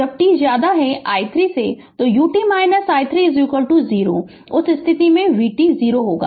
जब t जब t i 3 u t i 3 0 तो उस स्थिति में vt 0 होगा